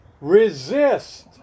resist